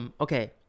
Okay